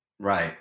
right